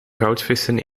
goudvissen